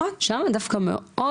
שם דווקא מאוד